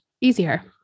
easier